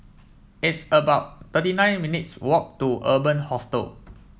it's about thirty nine minutes' walk to Urban Hostel